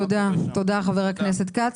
תודה חבר הכנסת כץ.